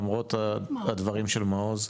למרות הדברים של מעוז,